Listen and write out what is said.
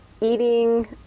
Eating